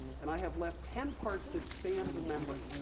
and i have left ten parts that span the membrane.